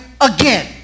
again